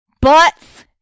butts